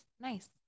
nice